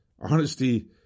Honesty